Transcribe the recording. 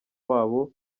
wabo